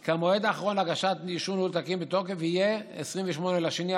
כי המועד האחרון להגשת אישור ניהול תקין בתוקף יהיה 28 בפברואר